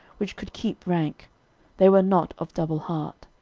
which could keep rank they were not of double heart.